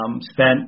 spent